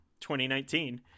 2019